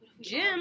Jim